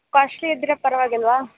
costly ಇದ್ರೆ ಪರವಾಗಿಲ್ವಾ